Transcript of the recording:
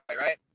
right